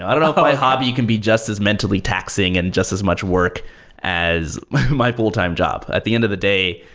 i don't know if my hobby can be just as mentally taxing and just as much work as my full-time job. at the end of the day,